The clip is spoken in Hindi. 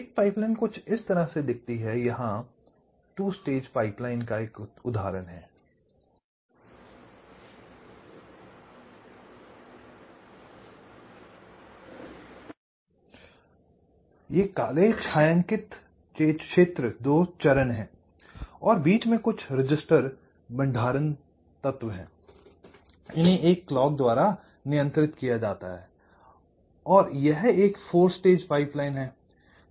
एक पाइपलाइन कुछ इस तरह दिखती है यह ट्व स्टेज पाइपलाइन का एक उदाहरण है ये काले छायांकित क्षेत्र दो चरण हैं और बीच में कुछ रजिस्टर भंडारण तत्व हैं इन्हें एक क्लॉक द्वारा नियंत्रित किया जाता है और यह एक फोर स्टेज पाइपलाइन है